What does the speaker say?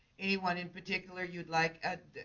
anyone in particular you would like